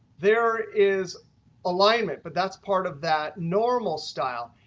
there is alignment. but that's part of that normal style,